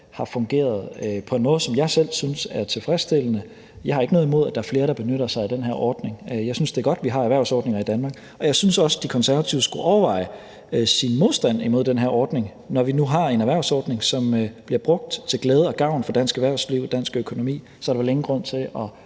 har fungeret på en måde, som jeg selv synes er tilfredsstillende. Jeg har ikke noget imod, at der er flere, der benytter sig af den her ordning. Jeg synes, det er godt, at vi har erhvervsordninger i Danmark, og jeg synes også, at De Konservative skulle overveje sin modstand imod den her ordning. Når vi nu har en erhvervsordning, som bliver brugt til glæde og gavn for dansk erhvervsliv og dansk økonomi, er der vel ingen grund til at